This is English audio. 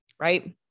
Right